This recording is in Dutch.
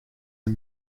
een